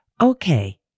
Okay